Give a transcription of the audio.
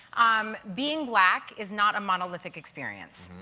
um being black is not a monolithic experience.